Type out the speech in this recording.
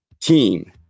Team